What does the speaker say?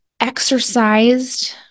exercised